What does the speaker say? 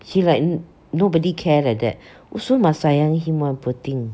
he like nobody care like that also must sayang him [one] poor thing